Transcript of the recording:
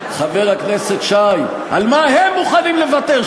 חבר הכנסת שי, על מה הם מוכנים לוותר?